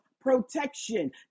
protection